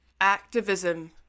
activism